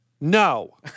No